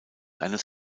eines